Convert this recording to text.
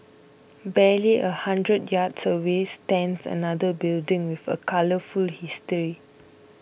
barely a hundred yards away stands another building with a colourful history